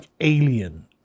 alien